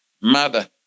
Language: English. mother